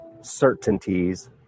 certainties